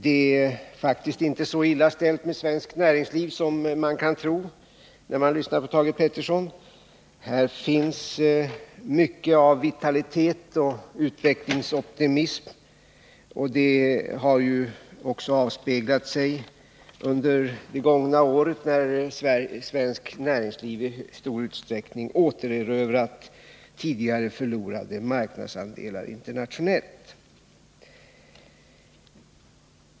Det är faktiskt inte så illa ställt med svenskt näringsliv som man kan tro när man lyssnar på Thage Peterson; här finns mycket av vitalitet och utvecklingsoptimism. Det har också avspeglat sig under det gångna året när svenskt näringsliv i stor utsträckning återerövrat tidigare förlorade marknadsandelar internationellt.